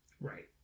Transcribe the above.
Right